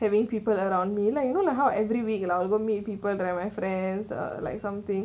having people around me like you know like how I every week lah will meet people like my friends or like something